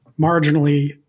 marginally